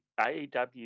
AEW